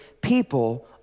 people